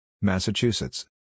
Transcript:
Massachusetts